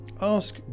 Ask